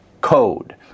code